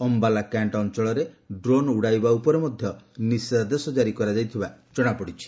Ambala cantt ଅଞ୍ଚଳରେ drone ଉଡ଼ାଇବା ଉପରେ ମଧ୍ୟ ନିଷେଧାଦେଶ ଜାରି କରାଯାଇଥିବା ଜଣାପଡ଼ିଛି